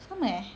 sama eh